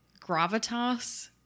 gravitas